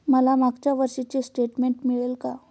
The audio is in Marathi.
मला मागच्या वर्षीचे स्टेटमेंट मिळेल का?